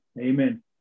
Amen